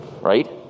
right